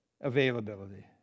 availability